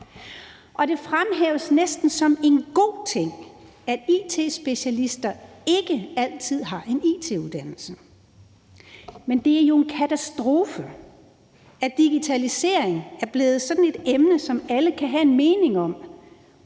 Det fremhæves næsten som en god ting, at it-specialister ikke altid har en it-uddannelse. Men det er jo en katastrofe, at digitalisering er blevet sådan et emne, som alle kan have en mening om